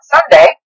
Sunday